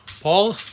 Paul